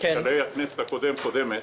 בשלהי הכנסת הקודמת-קודמת,